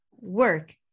work